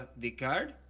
the card?